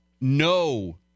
no